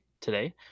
today